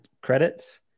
credits